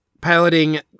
piloting